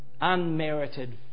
unmerited